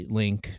link